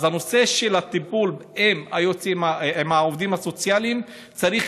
אז הטיפול בנושא של העובדים הסוציאליים צריך